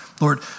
Lord